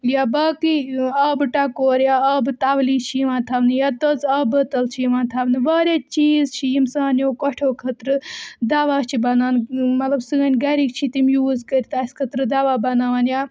یا باقٕے آبہٕ ٹَکور یا آبہٕ تَولی چھِ یِوان تھاونہٕ یا تٔژ آبہٕ بٲتٕلۍ چھِ یِوان تھاونہٕ واریاہ چیٖز چھِ یِم سانٮ۪و کۄٹھٮ۪و خٲطرٕ دَوا چھِ بَنان مَطلَب سٲنۍ گَرکۍ چھِ تِم یوٗز کٔرِتھ اَسہِ خٲطرٕ دَوا بَناوان یا